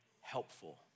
helpful